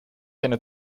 eine